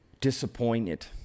disappointed